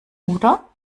oder